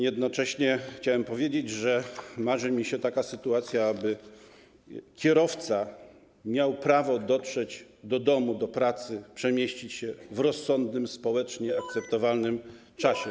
Jednocześnie chciałem powiedzieć, że marzy mi się taka sytuacja, aby kierowca miał prawo dotrzeć do domu, do pracy, przemieścić się w rozsądnym, społecznie akceptowalnym czasie.